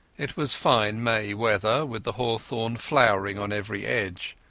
it was fine may weather, with the hawthorn flowering on every hedge,